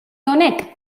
honek